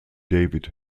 david